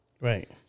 right